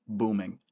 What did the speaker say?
booming